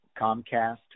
Comcast